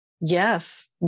yes